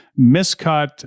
miscut